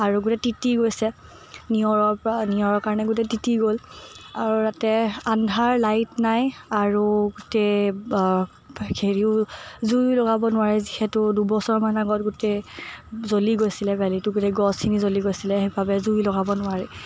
আৰু গোটেই তিতি গৈছে নিয়ৰৰ পৰা নিয়ৰৰ কাৰণে গোটেই তিতি গ'ল আৰু তাতে আন্ধাৰ লাইট নাই আৰু গোটেই হেৰিও জুয়ো লগাব নোৱাৰে যিহেতু দুবছৰমান আগত গোটেই জ্বলি গৈছিলে ভেলীটো গোটেই গছখিনি জ্বলি গৈছিলে সেইবাবে জুই লগাব নোৱাৰে